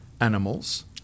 animals